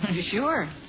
Sure